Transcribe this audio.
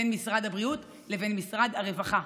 בין משרד הבריאות למשרד הרווחה.